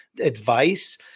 advice